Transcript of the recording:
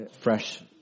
fresh